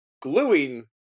gluing